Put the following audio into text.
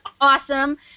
awesome